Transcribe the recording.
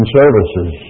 services